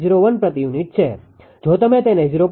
01 પ્રતિ યુનિટ છે જો તમે તેને 0